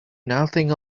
nothing